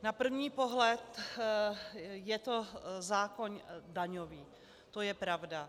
Na první pohled je to zákon daňový, to je pravda.